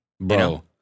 Bro